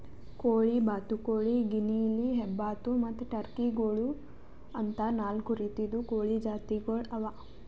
ಕೋಳಿ, ಬಾತುಕೋಳಿ, ಗಿನಿಯಿಲಿ, ಹೆಬ್ಬಾತು ಮತ್ತ್ ಟರ್ಕಿ ಗೋಳು ಅಂತಾ ನಾಲ್ಕು ರೀತಿದು ಕೋಳಿ ಜಾತಿಗೊಳ್ ಅವಾ